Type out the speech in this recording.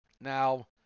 Now